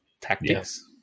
tactics